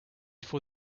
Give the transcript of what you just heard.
for